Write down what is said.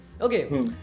Okay